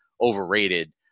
overrated